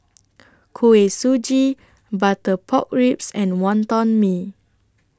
Kuih Suji Butter Pork Ribs and Wonton Mee